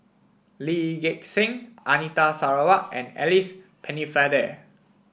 Lee Gek Seng Anita Sarawak and Alice Pennefather